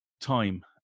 time